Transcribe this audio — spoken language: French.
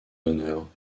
honneur